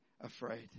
afraid